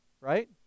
right